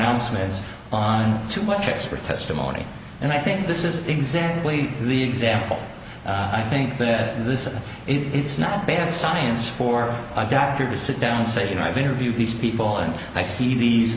s on too much expert testimony and i think this is exactly the example i think that this is it's not bad science for a doctor to sit down and say you know i've interviewed these people and i see these